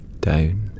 down